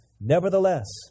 Nevertheless